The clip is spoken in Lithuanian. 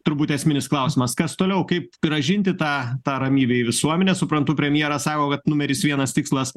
turbūt esminis klausimas kas toliau kaip grąžinti tą tą ramybę į visuomenę suprantu premjeras sako kad numeris vienas tikslas